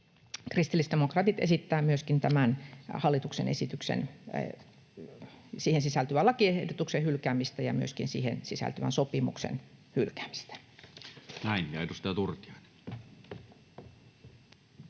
kristillisdemokraatit esittää myöskin tämän hallituksen esitykseen sisältyvän lakiehdotuksen hylkäämistä ja myöskin siihen sisältyvän sopimuksen hylkäämistä.